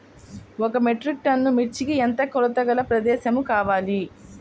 ఒక metric ton మిర్చికి ఎంత కొలతగల ప్రదేశము కావాలీ?